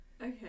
Okay